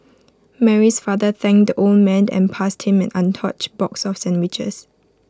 Mary's father thanked the old man and passed him an untouched box of sandwiches